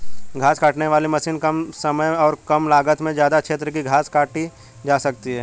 घास काटने वाली मशीन से कम समय और कम लागत में ज्यदा क्षेत्र की घास काटी जा सकती है